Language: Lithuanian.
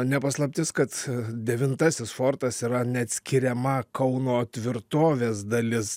ne paslaptis kad devintasis fortas yra neatskiriama kauno tvirtovės dalis